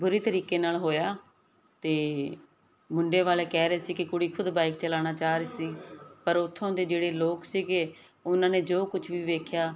ਬੁਰੀ ਤਰੀਕੇ ਨਾਲ ਹੋਇਆ ਤੇ ਮੁੰਡੇ ਵਾਲੇ ਕਹਿ ਰਹੇ ਸੀ ਕਿ ਕੁੜੀ ਖੁਦ ਬਾਈਕ ਚਲਾਉਣਾ ਚਾਹ ਰਹੀ ਸੀ ਪਰ ਉਥੋਂ ਦੇ ਜਿਹੜੇ ਲੋਕ ਸੀਗੇ ਉਹਨਾਂ ਨੇ ਜੋ ਕੁਝ ਵੀ ਵੇਖਿਆ